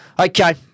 Okay